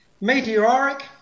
Meteoric